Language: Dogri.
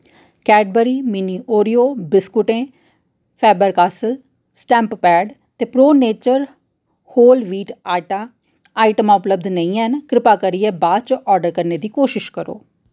कैडबरी मिनी ओरियो बिस्कुटें फैबर कासल स्टैंप पैड ते pro nature whole wheat atta आइटमां उपलब्ध नेईं हैन किरपा करियै बाद च आर्डर करने दी कोशश करो